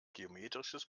geometrisches